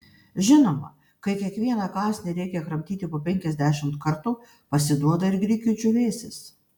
žinoma kai kiekvieną kąsnį reikia kramtyti po penkiasdešimt kartų pasiduoda ir grikių džiūvėsis